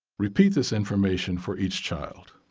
repeat this information for each child,